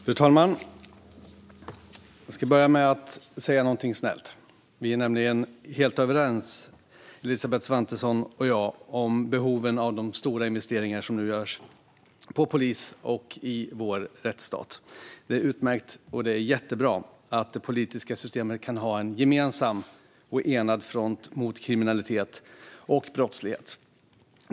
Fru talman! Jag ska börja med att säga något snällt. Vi är nämligen helt överens, Elisabeth Svantesson och jag, om behovet av de stora investeringar som nu görs i polisen och i vår rättsstat. Det är utmärkt och jättebra att det politiska systemet kan ha en gemensam och enad front mot kriminalitet och brottslighet.